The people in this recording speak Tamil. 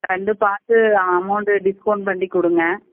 ரெண்டு பார்த்து அமௌன்ட் டிஸ்கவுண்ட் பண்ணி கொடுங்க